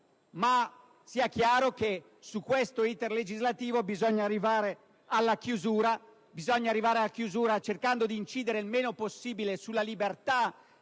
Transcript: Sia chiaro però che su questo *iter* legislativo bisogna arrivare alla conclusione, cercando di incidere il meno possibile sulla libertà